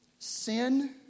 Sin